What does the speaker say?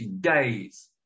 days